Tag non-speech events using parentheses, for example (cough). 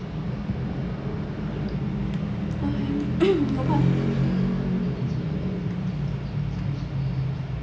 (coughs)